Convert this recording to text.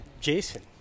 Jason